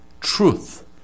truth